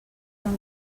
van